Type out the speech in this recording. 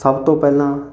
ਸਭ ਤੋਂ ਪਹਿਲਾਂ